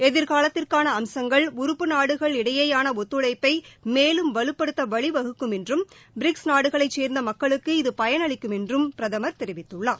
எதிர்காலத்திற்கான அம்சங்கள் உறப்பு நாடுகள் இடையேயான ஒத்துழைப்பை மேலும் வலப்படுத்த வழிவகுக்கும் என்றும் பிரிக்ஸ் நாடுகளைச் சேர்ந்த மக்களுக்கு இது பயனளிக்கும் என்றும் பிரதமா தெரிவித்துள்ளார்